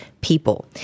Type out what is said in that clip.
people